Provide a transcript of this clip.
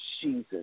Jesus